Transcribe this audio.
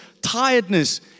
tiredness